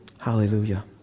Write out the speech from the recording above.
Hallelujah